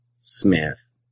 Smith